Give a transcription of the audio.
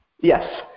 Yes